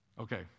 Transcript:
Okay